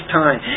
time